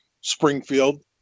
Springfield